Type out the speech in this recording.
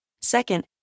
Second